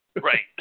Right